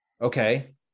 Okay